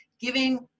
giving